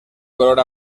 color